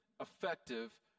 effective